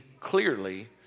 clearly